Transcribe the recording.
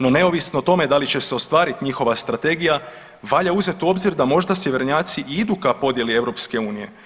No, neovisno o tome da li će se ostvariti njihova strategija valja uzeti u obzir da možda sjevernjaci i idu ka podjeli EU.